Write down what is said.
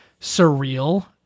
surreal